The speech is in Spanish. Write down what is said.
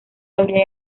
habría